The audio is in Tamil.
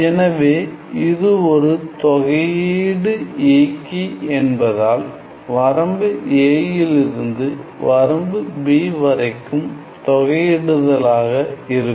எனவே இது ஒரு தொகை இயக்கி என்பதால் வரம்பு a யிலிருந்து வரம்பு b வரைக்கும் தொகையிடுதலாக இருக்கும்